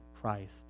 Christ